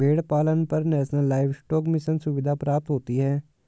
भेड़ पालन पर नेशनल लाइवस्टोक मिशन सुविधा प्राप्त होती है